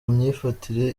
myifatire